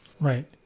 Right